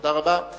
תודה רבה.